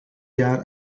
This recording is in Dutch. jaar